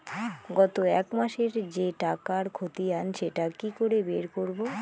গত এক মাসের যে টাকার খতিয়ান সেটা কি করে বের করব?